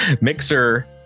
mixer